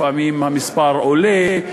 לפעמים המספר עולה.